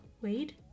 wade